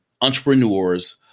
entrepreneurs